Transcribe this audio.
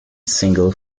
single